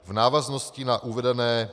V návaznosti na uvedené